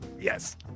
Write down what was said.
Yes